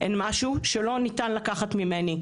הן משהו שלא ניתן לקחת ממני,